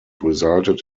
resulted